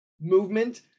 movement